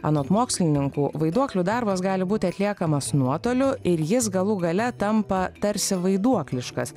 anot mokslininkų vaiduoklių darbas gali būti atliekamas nuotoliu ir jis galų gale tampa tarsi vaiduokliškas